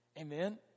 Amen